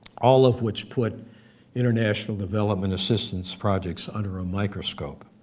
all of which put international development assistance projects under a microscope.